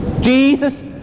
Jesus